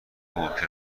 ممکن